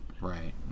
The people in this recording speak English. Right